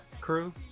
crew